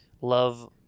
love